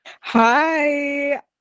Hi